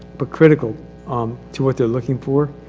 but critical um to what they're looking for